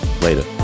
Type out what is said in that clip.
Later